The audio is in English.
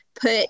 put